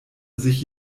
sich